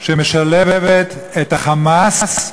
שמשלבת את ה"חמאס"